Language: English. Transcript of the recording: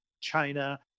China